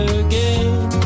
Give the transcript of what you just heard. again